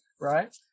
Right